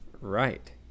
Right